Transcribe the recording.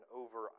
over